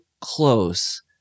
close